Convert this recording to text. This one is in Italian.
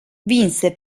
vinse